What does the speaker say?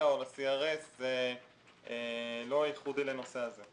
ל-FATKA או ל-CRS ולא ייחודי לנושא הזה.